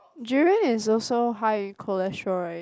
durian is also high in cholesterol right